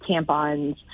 tampons